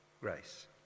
Grace